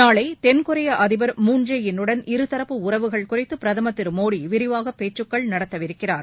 நாளை தென்கொரியா அதிபா் மூன் ஜே இன் உடன் இருதரப்பு உறவுகள் குறித்து பிரதமா் திரு மோடி விரிவாக பேச்சுக்கள் நடத்தவிருக்கிறார்